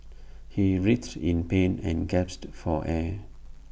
he writhed in pain and gasped for air